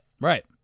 Right